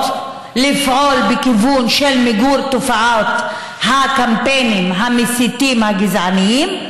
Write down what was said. לפעול בכיוון של מיגור תופעת הקמפיינים המסיתים והגזעניים,